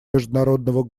международного